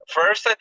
first